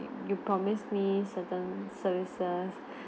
you promise me certain services